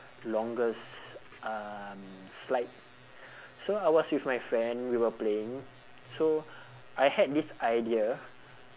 longest um slide so I was with my friend we were playing so I had this idea